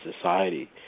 society